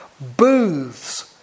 booths